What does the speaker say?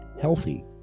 healthy